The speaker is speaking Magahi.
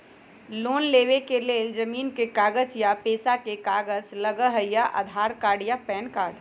लोन लेवेके लेल जमीन के कागज या पेशा के कागज लगहई या आधार कार्ड या पेन कार्ड?